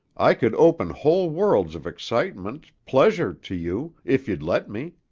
i could open whole worlds of excitement, pleasure, to you, if you'd let me.